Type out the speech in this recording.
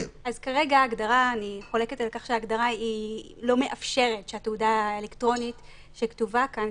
אני חולקת על כך שההגדרה לא מאפשרת שהתעודה האלקטרונית שכתובה כאן,